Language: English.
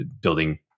building